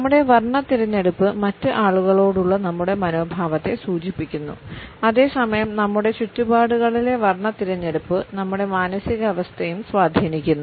നമ്മുടെ വർണ്ണ തിരഞ്ഞെടുപ്പ് മറ്റ് ആളുകളോടുള്ള നമ്മുടെ മനോഭാവത്തെ സൂചിപ്പിക്കുന്നു അതേസമയം നമ്മുടെ ചുറ്റുപാടുകളിലെ വർണ്ണ തിരഞ്ഞെടുപ്പ് നമ്മുടെ മാനസികാവസ്ഥയെയും സ്വാധീനിക്കുന്നു